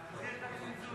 להחזיר את הצנזורה,